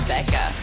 Becca